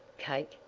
cake,